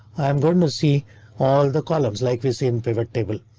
i'm going to see all the columns like we see in pivot table.